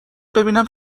ببینم